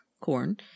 Corn